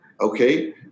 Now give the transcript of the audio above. Okay